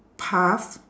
path